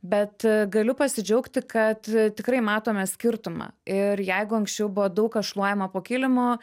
bet a galiu pasidžiaugti kad a tikrai matome skirtumą ir jeigu anksčiau buvo daug kas šluojama po kilimu